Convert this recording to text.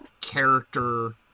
character